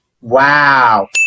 wow